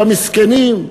במסכנים,